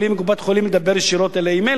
וקופות-החולים לדבר ישירות אלה עם אלה,